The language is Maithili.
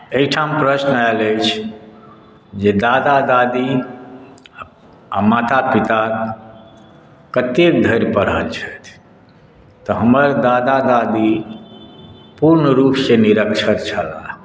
एहिठाम प्रश्न आयल अछि जे दादा दादी आ माता पिता कतेक धरि पढ़ल छथि तऽ हमर दादा दादी पूर्ण रूपसँ निरक्षर छलाह